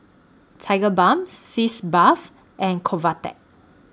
Tigerbalm Sitz Bath and Convatec